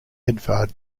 edvard